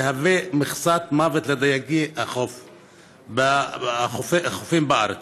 תהווה מכת מוות לדייגי החופים בארץ.